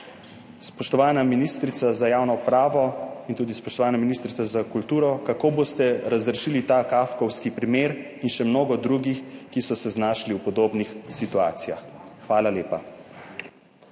spoštovana ministrica za javno upravo in spoštovana ministrica za kulturo, je: Kako boste razrešili ta kafkovski primer omenjenega umetnika in še mnogo drugih, ki so se znašli v podobnih situacijah? Hvala lepa.